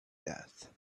death